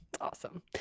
Awesome